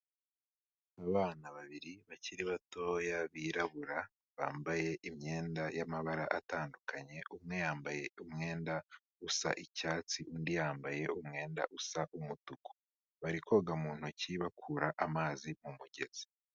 Abana babiri bakiri batoyaa, birabura bambaye imyenda y'amabara atandukanye, umwe yambaye umwenda usa icyatsi undi yambaye umwenda usa umutuku, bari koga mu ntoki bakura amazi mu mugezi.